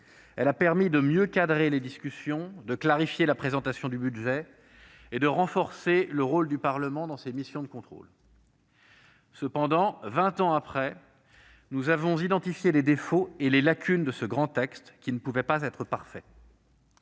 Elle a permis de mieux encadrer les discussions, de clarifier la présentation du budget et de renforcer le rôle du Parlement dans sa mission de contrôle. Cependant, vingt ans après, nous avons identifié les défauts et les lacunes de ce grand texte, qui ne pouvait pas être parfait.